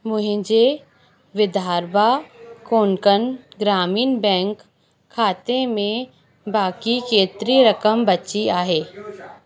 मुंहिंजे विधारभा कोंकण ग्रामीण बैंक खाते में बाक़ी केतिरी रक़म बची आहे